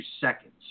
seconds